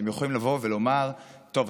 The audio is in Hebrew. אתם יכולים לבוא ולומר: טוב,